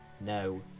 No